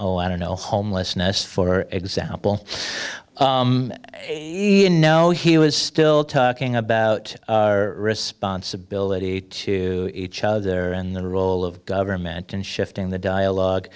oh i don't know homelessness for example you know he was still talking about our response ability to each other and the role of government and shifting the dialogue